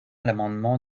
l’amendement